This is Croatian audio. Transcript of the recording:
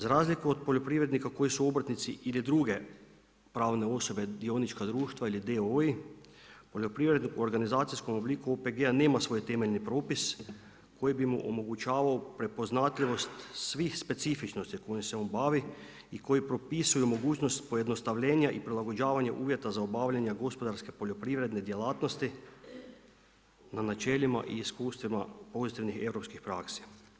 Za razliku od poljoprivrednika koji su obrtnici ili druge pravne osobe dionička društva ili d.o.o. poljoprivredu u organizacijskom obliku OPG-a nema svoj temeljni propis koji bi mu omogućavao prepoznatljivost svih specifičnosti kojim se on bavi i koji propisuje mogućnost pojednostavljenja i prilagođavanja uvjeta za obavljanje gospodarske poljoprivredne djelatnosti na načelima i iskustvima pozitivnih europskih praksi.